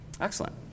Excellent